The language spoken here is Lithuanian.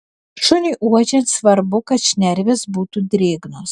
šuniui uodžiant svarbu kad šnervės būtų drėgnos